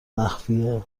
مخفیه